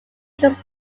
just